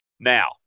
Now